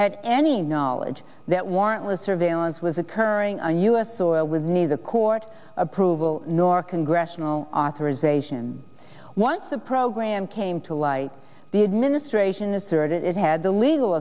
had any knowledge that warrantless surveillance was occurring on u s soil with neither court approval nor congressional authorization once the program came to light the administration asserted it had the legal